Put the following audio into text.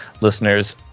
listeners